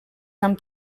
amb